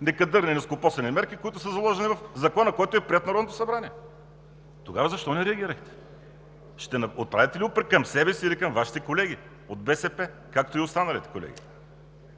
некадърни и нескопосани мерки, които са заложени в Закона, който е приет от Народното събрание. Тогава защо не реагирахте? Ще отправите ли упрек към себе си или към Вашите колеги от БСП, както и останалите колеги?